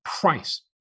price